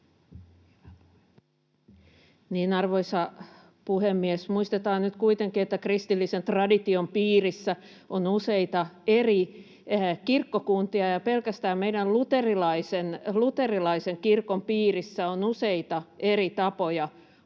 Arvoisa puhemies! Muistetaan nyt kuitenkin, että kristillisen tradition piirissä on useita eri kirkkokuntia ja pelkästään meidän luterilaisen kirkon piirissä on useita eri tapoja hahmottaa